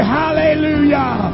hallelujah